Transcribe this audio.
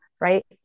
right